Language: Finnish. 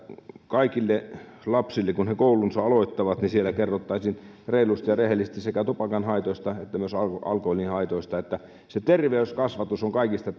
kaikille lapsille kun he koulunsa aloittavat siellä kerrottaisiin reilusti ja rehellisesti sekä tupakan haitoista että myös alkoholin haitoista se terveyskasvatus on kaikista